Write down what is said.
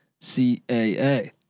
CAA